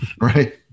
right